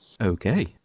Okay